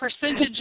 percentage